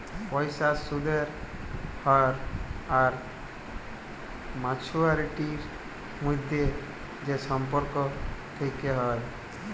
পয়সার সুদের হ্য়র আর মাছুয়ারিটির মধ্যে যে সম্পর্ক থেক্যে হ্যয়